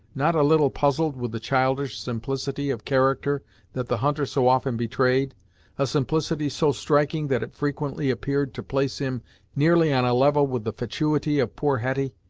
not a little puzzled with the childish simplicity of character that the hunter so often betrayed a simplicity so striking that it frequently appeared to place him nearly on a level with the fatuity of poor hetty,